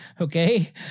okay